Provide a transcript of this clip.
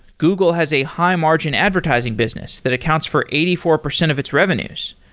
google has a high-margin advertising business that accounts for eighty four percent of its revenues,